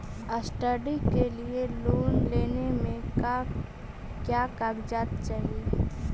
Study के लिये loan लेने मे का क्या कागजात चहोये?